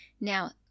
Now